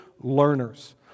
learners